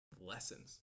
lessons